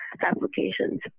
applications